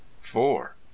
four